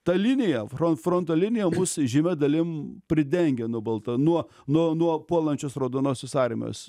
ta linija fron fronto linija mus žymia dalim pridengia nuo balta nuo nuo nuo puolančios raudonosios armijos